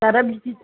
दाना बिदिथार